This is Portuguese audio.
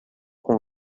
com